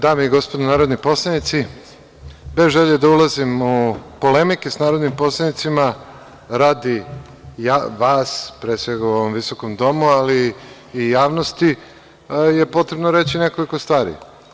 Dame i gospodo narodni poslanici, bez želje da ulazim u polemike sa narodnim poslanicima, radi vas pre svega u ovom visokom domu, ali i javnosti, potrebno je reći nekoliko stvari.